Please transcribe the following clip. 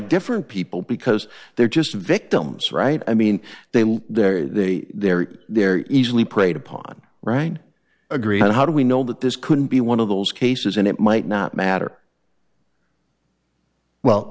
different people because they're just victims right i mean they will they they're they're easily preyed upon right agreed how do we know that this couldn't be one of those cases and it might not matter well